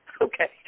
okay